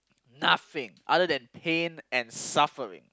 nothing other than pain and suffering